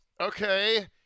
Okay